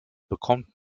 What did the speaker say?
bekommt